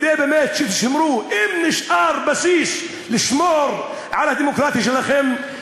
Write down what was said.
אם נשאר בסיס לשמור על הדמוקרטיה שלכם,